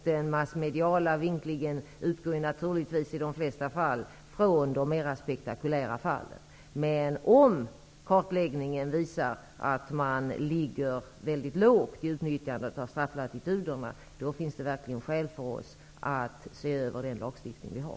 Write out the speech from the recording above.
Den massmediala vinklingen utgår naturligtvis i de flesta fall från mera spektakulära inslag. Om kartläggningen visar att man ligger mycket lågt i utnyttjandet av strafflatituderna finns det verkligen skäl för oss att se över den lagstiftning vi har.